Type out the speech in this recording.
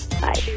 Bye